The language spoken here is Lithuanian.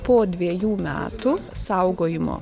po dviejų metų saugojimo